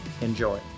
Enjoy